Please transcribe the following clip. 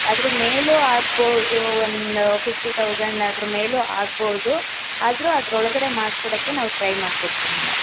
ಅದ್ರ ಮೇಲೂ ಆಗ್ಬೌದು ಒಂದು ಫಿಫ್ಟಿ ತೌಸೆಂಡ್ ಅದ್ರ ಮೇಲೂ ಆಗ್ಬೌದು ಆದ್ರೂ ಅದರೊಳ್ಗಡೆ ಮಾಡ್ಕೊಡೋಕ್ಕೆ ನಾವು ಟ್ರೈ ಮಾಡ್ಕೊಡ್ತೀವಿ ಮೇಡಮ್